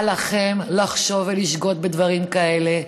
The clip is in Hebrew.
אל לכם לחשוב ולשגות בדברים כאלה.